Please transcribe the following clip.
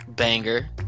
Banger